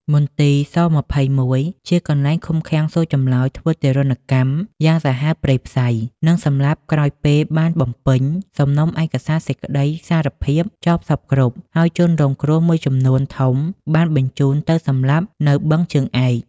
មន្ទីរ ស.២១ ជាកន្លែងឃុំឃាំងសួរចម្លើយធ្វើទារុណកម្មយ៉ាងសាហាវព្រៃផ្សៃ និងសម្លាប់ក្រោយពេលបានបំពេញ សំណុំឯកសារសេចក្ដីសារភាពចប់សព្វគ្រប់ ហើយជនរងគ្រោះមួយចំនួនធំ បានបញ្ជូនទៅសម្លាប់នៅបឹងជើងឯក។